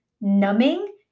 numbing